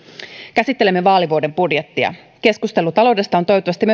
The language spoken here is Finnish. käsittelemme vaalivuoden budjettia keskustelu taloudesta on toivottavasti